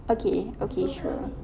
okay okay sure